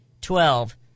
Twelve